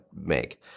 make